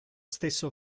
stesso